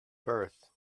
birth